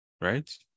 right